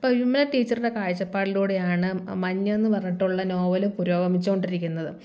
അപ്പം വിമല ടീച്ചറുടെ കാഴ്ചപ്പാടിലൂടെയാണ് മഞ്ഞെന്ന് പറഞ്ഞിട്ടുള്ള നോവൽ പുരോഗമിച്ചുകൊണ്ടിരിക്കുന്നത്